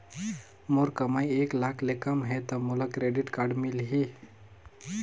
मोर कमाई एक लाख ले कम है ता मोला क्रेडिट कारड मिल ही?